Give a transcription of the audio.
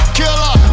killer